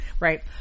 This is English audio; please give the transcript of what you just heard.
right